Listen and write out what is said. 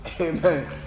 Amen